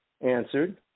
answered